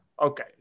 okay